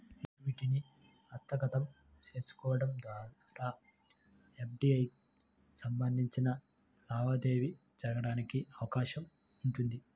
ఈక్విటీని హస్తగతం చేసుకోవడం ద్వారా ఎఫ్డీఐకి సంబంధించిన లావాదేవీ జరగడానికి అవకాశం ఉంటుంది